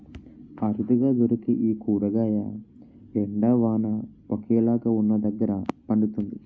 అరుదుగా దొరికే ఈ కూరగాయ ఎండ, వాన ఒకేలాగా వున్నదగ్గర పండుతుంది